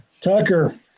Tucker